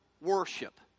worship